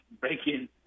breaking